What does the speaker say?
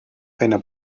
eine